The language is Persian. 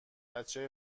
بچه